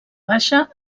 baixa